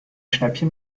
schnäppchen